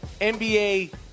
NBA